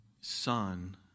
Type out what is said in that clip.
son